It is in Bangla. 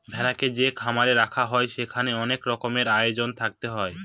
ভেড়াকে যে খামারে রাখা হয় সেখানে অনেক রকমের আয়োজন থাকতে হয়